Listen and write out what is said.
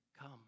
come